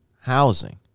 housing